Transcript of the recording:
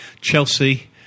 Chelsea